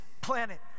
planet